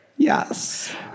Yes